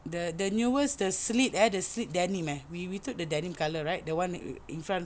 the the newest the slip eh the slip denim eh we we took the denim colour right the one in front